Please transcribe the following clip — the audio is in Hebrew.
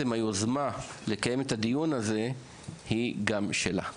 היוזמה לקיים את הדיון הזה היא גם שלה.